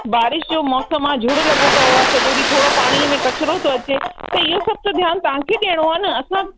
बारिश जो मौसम आहे झुड़ लॻो पयो आहे सॼो ॾींहं थोरो पाणीअ में कचिरो थो अचे त सब इहो त ध्यानु तव्हां खे ॾियणो आहे न असां